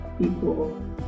people